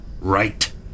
Right